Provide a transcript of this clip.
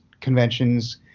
conventions